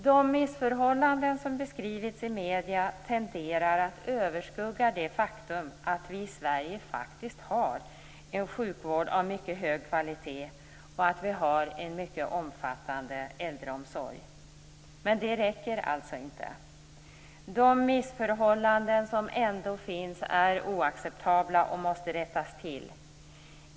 De missförhållanden som beskrivits i medierna tenderar att överskugga det faktum att vi i Sverige faktiskt har en sjukvård av mycket hög kvalitet och att vi har en mycket omfattande äldreomsorg. Men det räcker alltså inte. De missförhållanden som ändå finns är oacceptabla och måste rättas till.